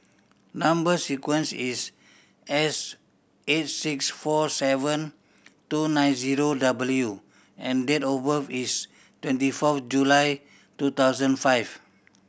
number sequence is S eight six four seven two nine zero W and date of birth is twenty fourth July two thousand five